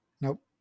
Nope